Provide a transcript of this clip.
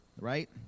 Right